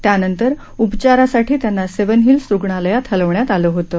त्यानंतर उपचारांसाठी त्यांना सेवन हिल्स रुग्णालयात हलवण्यात आलं होतं